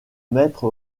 maître